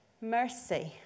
mercy